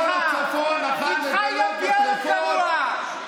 איתך יהיה פי אלף גרוע.